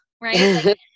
right